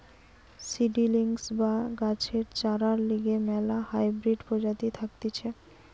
seedlings বা গাছের চরার লিগে ম্যালা হাইব্রিড প্রজাতি থাকতিছে